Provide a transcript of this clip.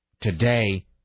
today